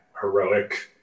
heroic